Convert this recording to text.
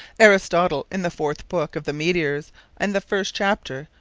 aristotle in the fourth book of the meteors and the first chapter,